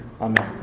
amen